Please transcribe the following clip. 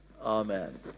Amen